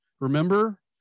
Remember